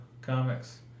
comics